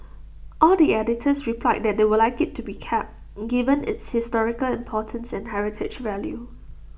all the editors replied that they would like IT to be kept given its historical importance and heritage value